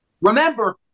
remember